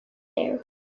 there